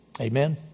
Amen